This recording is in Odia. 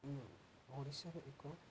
ଆମ ଓଡ଼ିଶାର ଏକ